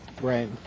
right